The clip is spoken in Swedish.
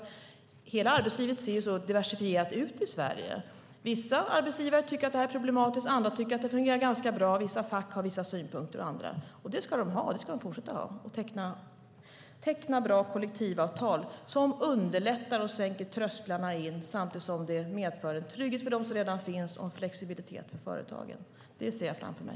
Hela arbetslivet i Sverige är så diversifierat. Vissa arbetsgivare tycker att det här är problematiskt. Andra tycker att det fungerar ganska bra, och vissa fack har vissa synpunkter. Det ska de ha och också fortsätta att ha. De ska teckna bra kollektivavtal som underlättar och som sänker trösklarna in samtidigt som det medför en trygghet för dem som redan finns på arbetsmarknaden och en flexibilitet för företagen. Detta ser jag framför mig.